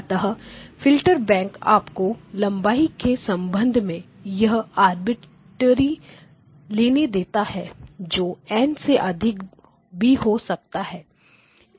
अतः filter bank आपको लंबाई के संबंध में यह आर्बिट्रेरी लेने देता है जो N से अधिक भी हो सकता है